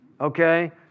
Okay